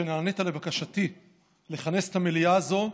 שנענית לבקשתי לכנס את המליאה הזאת,